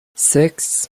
six